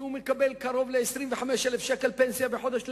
שמקבל קרוב ל-25,000 שקל פנסיה בחודש,